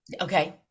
Okay